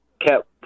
kept